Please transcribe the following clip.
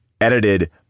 edited